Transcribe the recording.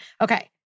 Okay